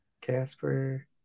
Casper